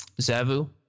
Zavu